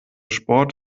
sport